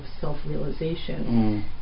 self-realization